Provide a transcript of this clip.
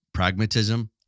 pragmatism